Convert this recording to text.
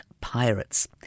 pirates